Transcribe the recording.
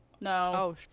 No